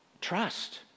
Trust